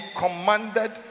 commanded